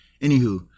Anywho